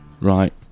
Right